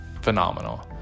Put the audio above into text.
phenomenal